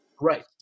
Right